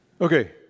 Okay